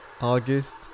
August